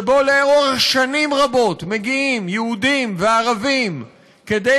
שאליו שנים רבות מגיעים יהודים וערבים כדי